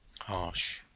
Harsh